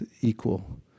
equal